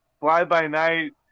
fly-by-night